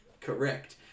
Correct